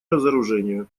разоружению